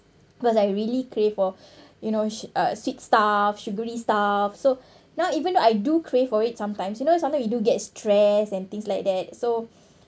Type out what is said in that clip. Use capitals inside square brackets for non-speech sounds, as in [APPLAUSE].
because I really crave for [BREATH] you know uh sweet stuff sugary stuff so now even though I do crave for it sometimes you know sometimes we do get stressed and things like that so